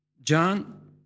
John